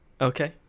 Okay